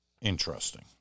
interesting